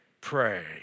pray